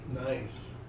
Nice